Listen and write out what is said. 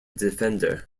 defender